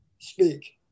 speak